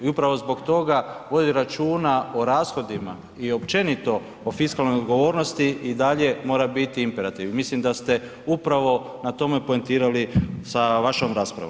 I upravo zbog toga voditi računa o rashodima i općenito o fiskalnoj odgovornosti i dalje mora biti imperativ, mislim da ste upravo na tome poentirali sa vašom raspravom.